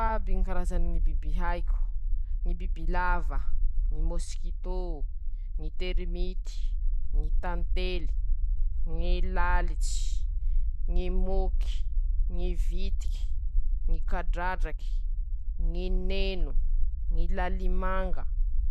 Mety hana ñy lokony ñy maso maitso, loko volon-tsôkôlà noho ñy volo ooo manga ñ'olo kirairaiky iaby; mety hisy karazany ñy limy ñy isany ñy lokony ñy maso misy :-Manahaky anizao ñy maitso, misy koa aaaa ñy bolé, misy ñy volon-mantso sôkôla, misy koa ñy volontany noho ñy foty.